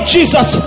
Jesus